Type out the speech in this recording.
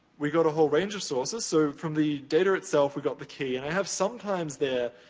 we got a whole range of sources. so, from the data itself, we've got the key. i have sometimes there,